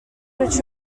which